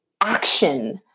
action